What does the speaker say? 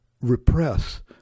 repress